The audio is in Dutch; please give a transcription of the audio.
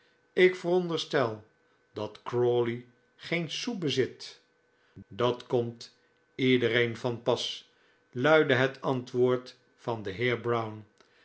ik veronderstel dat crawley geen sou bezit dat komt iedereen van pas luidde het antwoord van den heer brown